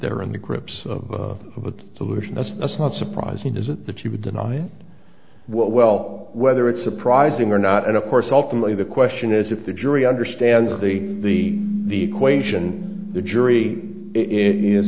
they're in the grips of a solution that's that's not surprising is it that you would deny it what well whether it's surprising or not and of course ultimately the question is if the jury understands the the the equation the jury in